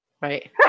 right